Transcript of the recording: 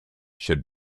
should